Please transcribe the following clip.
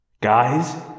Guys